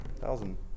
Thousand